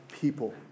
people